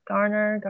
Garner